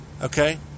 Okay